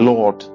Lord